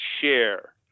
share